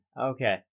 Okay